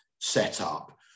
setup